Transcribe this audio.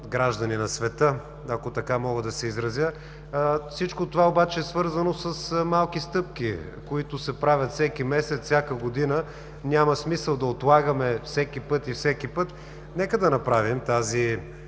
граждани на света, ако така мога да се изразя. Всичко това обаче е свързано с малки стъпки, които се правят всеки месец, всяка година – няма смисъл да отлагаме всеки път. Нека да направим такава